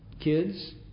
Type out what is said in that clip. kids